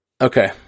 Okay